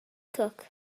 cook